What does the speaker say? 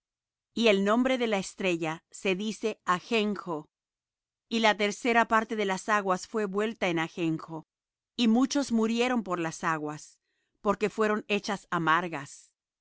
y el nombre de la estrella se dice ajenjo y la tercera parte de las aguas fué vuelta en ajenjo y muchos murieron por las aguas porque fueron hechas amargas